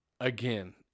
Again